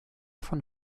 von